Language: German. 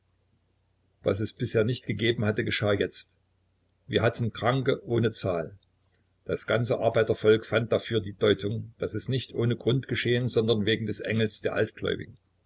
was es bisher nicht gegeben hatte geschah jetzt wir hatten kranke ohne zahl das ganze arbeitervolk fand dafür die deutung daß es nicht ohne grund geschehe sondern wegen des engels der